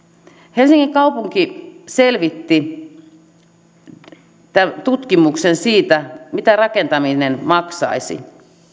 helsingin kaupunki selvitti teetti tutkimuksen siitä mitä rakentaminen maksaisi